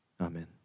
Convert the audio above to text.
Amen